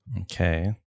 Okay